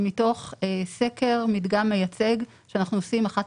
הם מתוך סקר מדגם מייצג שאנחנו עושים אחת